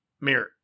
mirror